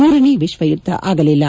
ಮೂರನೇ ವಿಶ್ವ ಯುದ್ದ ಆಗಲಿಲ್ಲ